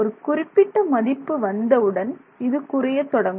ஒரு குறிப்பிட்ட மதிப்பு வந்தவுடன் இது குறைய தொடங்கும்